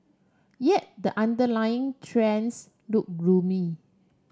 yet the underlying trends look gloomy